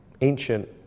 ancient